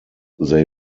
they